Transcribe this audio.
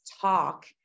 talk